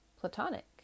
platonic